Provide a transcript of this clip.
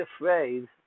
afraid